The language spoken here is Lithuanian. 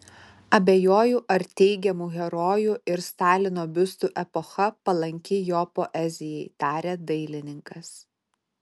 abejoju ar teigiamų herojų ir stalino biustų epocha palanki jo poezijai tarė dailininkas